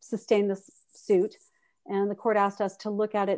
sustain this suit and the court asked us to look at it